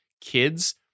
kids